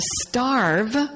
starve